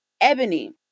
Ebony